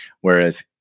Whereas